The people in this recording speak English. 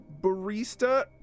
Barista